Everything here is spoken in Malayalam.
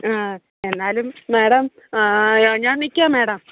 ആ എന്നാലും മേഡം ആ ഞാൻ നിൽക്കാം മേഡം